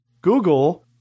Google